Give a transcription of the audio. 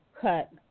cut